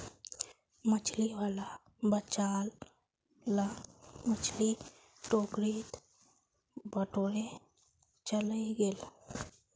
मछली वाला बचाल ला मछली टोकरीत बटोरे चलइ गेले